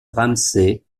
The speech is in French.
ramsay